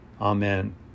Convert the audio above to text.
Amen